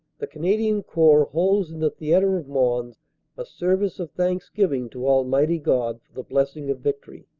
the canadian corps holds in the theatre of mons a service of thanksgiving to almighty god for the blessing of victory.